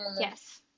Yes